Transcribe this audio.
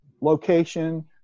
location